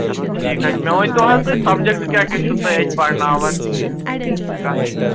چلو ٹھیٖک حظ چھُ مےٚ ؤنۍتو حظ تُہۍ سَبجَکٹ کیٛاہ کیٛاہ چھُو تُہۍ اَتہِ پرناوان کَتھ